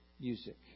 music